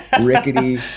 rickety